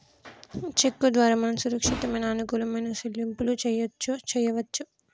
చెక్కు ద్వారా మనం సురక్షితమైన అనుకూలమైన సెల్లింపులు చేయవచ్చు